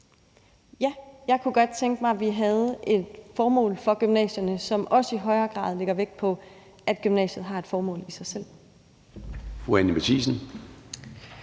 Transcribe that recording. Ja, jeg kunne godt tænke mig, at vi havde et formål for gymnasierne, som også i højere grad lægger vægt på, at gymnasiet har et formål i sig selv. Kl. 10:46 Formanden